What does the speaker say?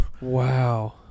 Wow